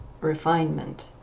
refinement